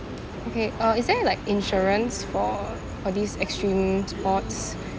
okay uh is there like insurance for uh these extreme sports